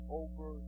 over